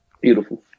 Beautiful